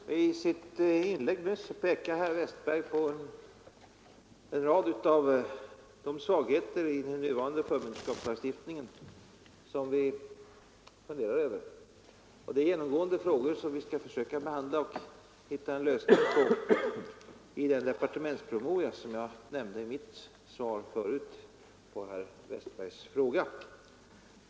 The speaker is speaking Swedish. Herr talman! I sitt inlägg nyss pekade herr Westberg i Ljusdal på en rad av de svagheter i den nuvarande förmynderskapslagstiftningen som vi funderar över. Det är genomgående frågor som vi skall försöka behandla och hitta en lösning på i den departementspromemoria som jag nämnde i mitt svar på herr Westbergs fråga.